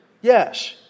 yes